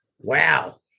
Wow